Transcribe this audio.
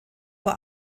vor